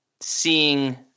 seeing